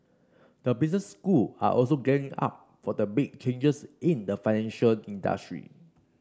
the business school are also gearing up for the big changes in the financial industry